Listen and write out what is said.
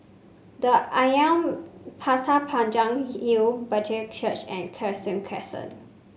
the Ashram Pasir Panjang Hill Brethren Church and Cheng Soon Crescent